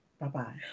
Bye-bye